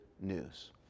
news